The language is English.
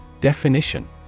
Definition